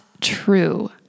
true